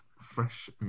Fresh